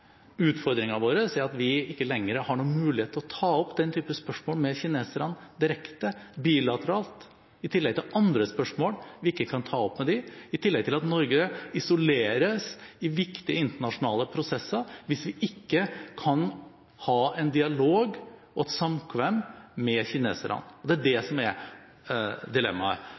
er at vi ikke lenger har noen mulighet til å ta opp den typen spørsmål med kineserne direkte og bilateralt – i tillegg til andre spørsmål vi ikke kan ta opp med dem. I tillegg isoleres Norge i viktige internasjonale prosesser hvis vi ikke kan ha en dialog og et samkvem med kineserne. Det er det som er dilemmaet.